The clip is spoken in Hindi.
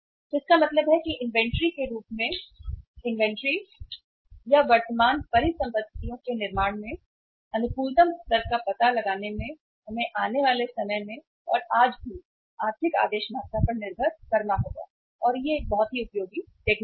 तो इसका मतलब है कि इन्वेंट्री के रूप में इन्वेंट्री या वर्तमान परिसंपत्तियों के निर्माण में इष्टतम स्तर का पता लगाने में हमें आने वाले समय में और आज भी आर्थिक आदेश मात्रा पर निर्भर करना होगा और यह एक बहुत ही उपयोगी तकनीक है